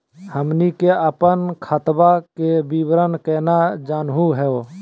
हमनी के अपन खतवा के विवरण केना जानहु हो?